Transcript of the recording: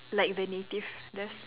like the native that's